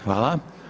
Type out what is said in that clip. Hvala.